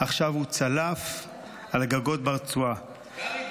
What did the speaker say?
עכשיו הוא צלף על גגות ברצועה -- קרעי,